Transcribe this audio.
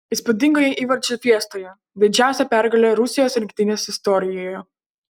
įspūdingoje įvarčių fiestoje didžiausia pergalė rusijos rinktinės istorijoje